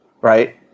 right